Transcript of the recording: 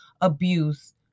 abuse